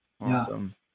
awesome